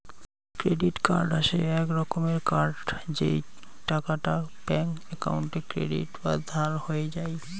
credit card হসে এক রকমের কার্ড যেই টাকাটা ব্যাঙ্ক একাউন্টে ক্রেডিট বা ধার হই যাই